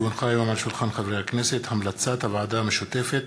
כי הונחה היום על שולחן הכנסת המלצת הוועדה המשותפת